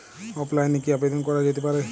অফলাইনে কি আবেদন করা যেতে পারে?